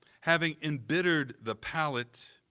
having embittered the palate,